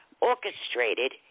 orchestrated